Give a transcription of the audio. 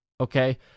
Okay